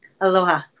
Aloha